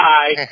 Bye